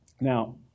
Now